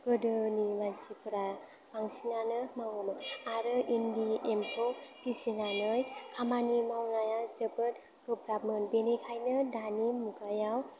गोदोनि मानसिफोरा बांसिनानो मावोमोन आरो इन्दि एम्फौ फिसिनानै खामानि मावनाया जोबोद गोब्राबमोन बेनिखायनो दानि मुगायाव